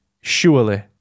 surely